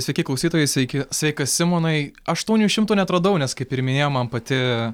sveiki klausytojai sveiki sveikas simonai aštuonių šimtų neatradau nes kaip ir minėjo man pati